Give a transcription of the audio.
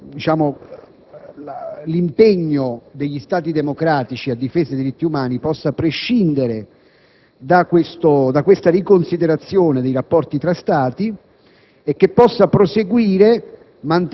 Non credo che l'impegno degli Stati democratici a difesa dei diritti umani possa prescindere da questa riconsiderazione dei rapporti tra Stati